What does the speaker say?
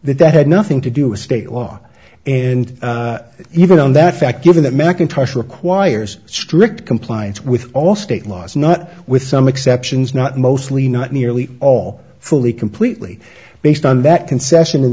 that that had nothing to do a state law and even on that fact given that macintosh requires strict compliance with all state laws not with some exceptions not mostly not nearly all fully completely based on that concession